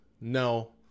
no